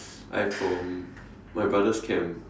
I from my brother's camp